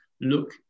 look